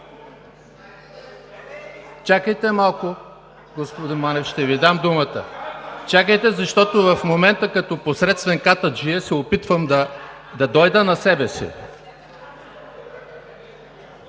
Чакайте малко, господин Манев! Ще Ви дам думата. Чакайте, защото в момента, като посредствен катаджия се опитвам да дойда на себе си!